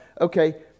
okay